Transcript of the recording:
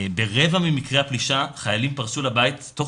ברבע ממקרי הפלישה חיילים פרצו לבית תוך